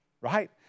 right